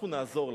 אנחנו נעזור לה,